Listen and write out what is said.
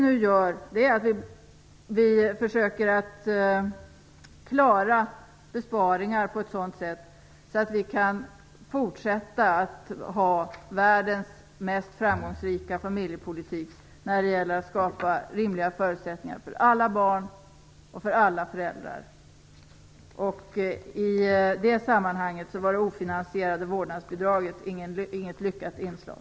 Nu försöker vi att klara besparingar på ett sådant sätt att vi kan fortsätta att ha världens mest framgångsrika familjepolitik när det gäller att skapa rimliga förutsättningar för alla barn och för alla föräldrar. I det sammanhanget var det ofinansierade vårdnadsbidraget inget lyckat inslag.